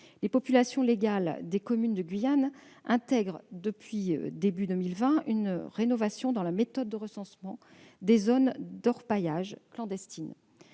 les populations légales des communes de Guyane intègrent, depuis le début de l'année 2020, une rénovation dans la méthode de recensement des zones d'orpaillage clandestines.